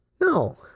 No